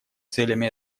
целями